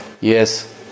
Yes